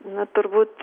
na turbūt